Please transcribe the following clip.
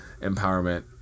empowerment